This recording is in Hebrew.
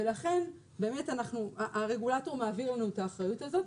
ולכן באמת הרגולטור מעביר אלינו את האחריות הזאת,